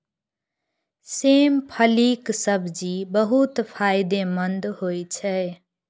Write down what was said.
सेम फलीक सब्जी बहुत फायदेमंद होइ छै